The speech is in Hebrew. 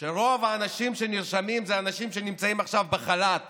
שרוב האנשים שנרשמים זה אנשים שנמצאים עכשיו בחל"ת